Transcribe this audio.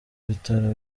bitaro